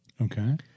Okay